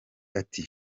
ati